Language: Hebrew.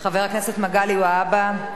חבר הכנסת מגלי והבה.